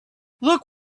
look